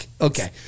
Okay